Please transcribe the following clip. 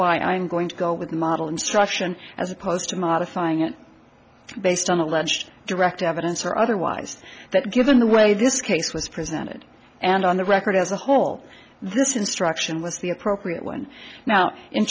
why i'm going to go with model instruction as opposed to modifying it based on alleged direct evidence or otherwise that given the way this case was presented and on the record as a whole this instruction with the appropriate one now in